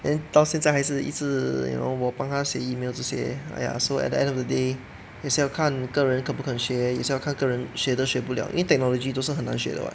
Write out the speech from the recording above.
then 到现在还是一直 you know 我帮她写 email 这些 !aiya! so at the end of the day 也是要看个人肯不肯学也是要看个人学都学不了因为 technology 都是很难学的 [what]